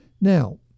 Now